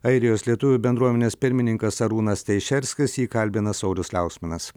airijos lietuvių bendruomenės pirmininkas arūnas teišerskis jį kalbina saulius liauksminas